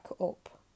up